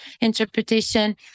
interpretation